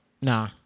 Nah